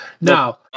Now